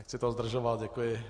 Nechci to zdržovat, děkuji.